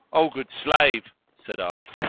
o good slave, said i,